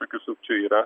tokių sukčių yra